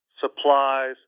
supplies